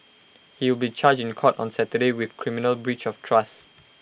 he will be charged in court on Saturday with criminal breach of trust